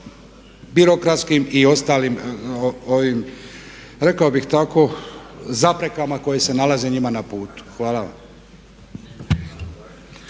birokratskim i ostalim rekao bih tako zaprekama koje se nalaze njima na putu. Hvala